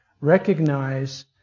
recognize